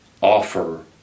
Offer